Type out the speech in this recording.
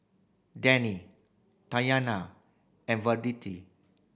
Denny Tatyanna and